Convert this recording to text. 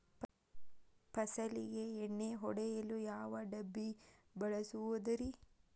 ಫಸಲಿಗೆ ಎಣ್ಣೆ ಹೊಡೆಯಲು ಯಾವ ಡಬ್ಬಿ ಬಳಸುವುದರಿ?